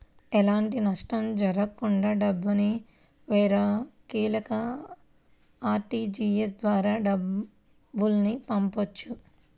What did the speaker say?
ఎలాంటి నష్టం జరగకుండా డబ్బుని వేరొకల్లకి ఆర్టీజీయస్ ద్వారా డబ్బుల్ని పంపొచ్చు